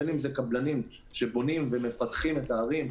בין אם אלה קבלנים שבונים ומפתחים את הערים,